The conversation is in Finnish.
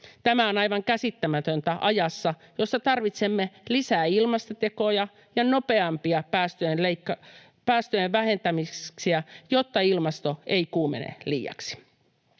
Tämä on aivan käsittämätöntä ajassa, jossa tarvitsemme lisää ilmastotekoja ja nopeampia päästöjen vähentämisiä, jotta ilmasto ei kuumene liiaksi.